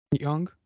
Young